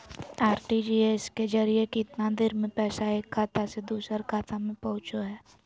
RTGS के जरिए कितना देर में पैसा एक खाता से दुसर खाता में पहुचो है?